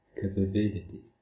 capability